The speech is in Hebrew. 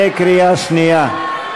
בקריאה שנייה.